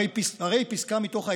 הרי פסקה מתוך ההסכם,